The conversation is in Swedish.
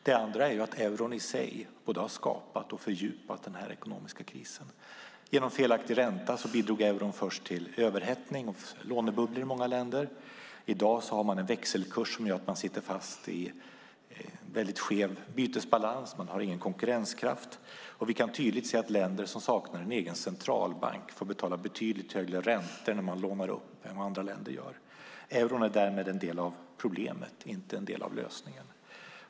Den andra är att euron har både skapat och fördjupat den ekonomiska krisen. Genom felaktig ränta bidrog euron först till överhettning och lånebubblor i många länder. I dag har man en växelkurs som gör att man sitter fast i en väldigt skev bytesbalans. Man har ingen konkurrenskraft. Vi kan tydligt se att länder som saknar en egen centralbank får betala betydligt högre räntor än andra länder när man lånar upp. Euron är därmed en del av problemet, inte en del av lösningen.